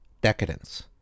decadence